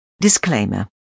Disclaimer